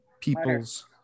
Peoples